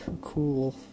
cool